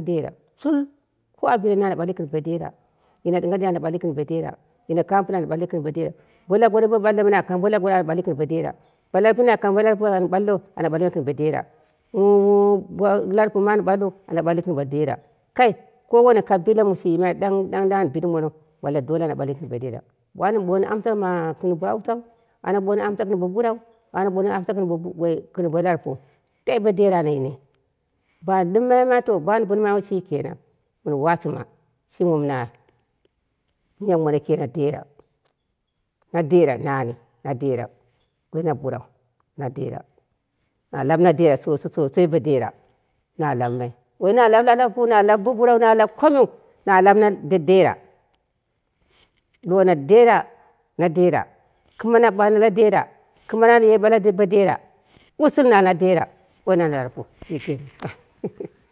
dera shul ko a bide ne ana ɓalli gɨn bo dera ɗɨngha ɗing ha dei ana ɓalli gɨn bo dera yino kamo pɨla ana ɓalli gɨn bodera bo ɓalno na kang bo laguwat ana ɓalli gɨn bodera, bo larpu na kanghai ana ɓalli gɨn bo dera bo larpu an ɓallo ana ɓalli gɨn bodera kai kabila mɨ shi timai ɗang ɗang ɗang an bi dimona ana ɓalli gɨn bodera. Wani ɓono amsa mani gɨn bo hausa hau, ana ɓoni amsha gɨn bo burau ana ɓoni amsha gɨn bo woi lalarpuwu dai bodera ana yimai bani ɗɨmmai ma to bani bɨnimai yin ma to shikanang mɨn washima shini wom na shimi mon kenang dera na dera nani na dera woi na burau na dera, na lar na dera sosososai bo dera na lalmai, woi na lab na larpuu na lal na burau woi na lab komin na lab dedera duwowo na dera na dera kɨma na ɓarino la dera kɨma naye ɓala mono na dera ushul wa na dera woi na la larpuwu shikenan